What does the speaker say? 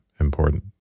important